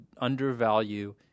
undervalue